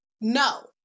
no